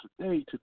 today